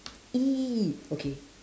!ee! okay